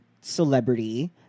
celebrity